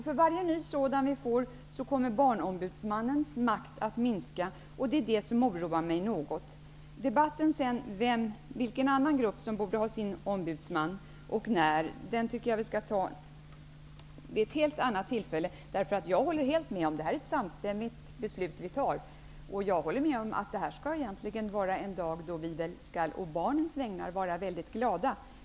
För varje ny sådan vi får kommer Barnombudsmannens makt att minska, och det är detta som oroar mig något. Debatten om vilken annan grupp som borde få sin ombudsman och när det i så fall skall ske tycker jag att vi skall ta vid ett helt annat tillfälle. Det är ett samstämmigt beslut vi fattar om Barnombudsmannen, och jag håller med om att det här egentligen skall vara en dag då vi på barnens vägnar skall vara väldigt glada.